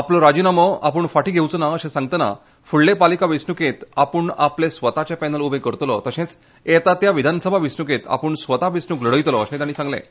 आपलो राजीनामो आपूण फांटी घेवचो ना अशें सांगतनां फुडले पालिका वेंचणुकेंत आपुण आपले स्वताचें पॅनल उबें करतलो तशेंच येता त्या विधानसभा वेंचणुकेंत आपूण स्वता वेंचणुक लढयतलो अशें तांणी सांगलें